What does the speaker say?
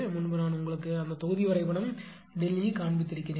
முன்பு நான் உங்களுக்குஅந்த தொகுதி வரைபடம் ΔE காண்பித்தேன்